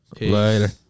Later